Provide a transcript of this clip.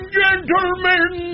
gentlemen